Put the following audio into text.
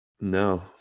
No